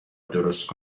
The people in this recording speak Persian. درست